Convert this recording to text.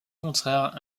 contraire